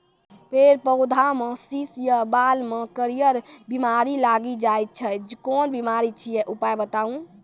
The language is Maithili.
फेर पौधामें शीश या बाल मे करियर बिमारी लागि जाति छै कून बिमारी छियै, उपाय बताऊ?